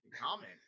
comment